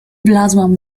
wlazłam